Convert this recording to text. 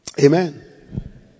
Amen